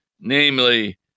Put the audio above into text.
namely